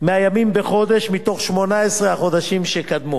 מהימים בחודש מתוך 18 החודשים שקדמו.